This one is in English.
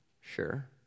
sure